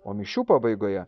o mišių pabaigoje